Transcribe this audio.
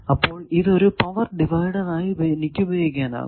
അപ്പോൾ ഇത് ഒരു പവർ ഡിവൈഡർ ആയി എനിക്കുപയോഗിക്കാം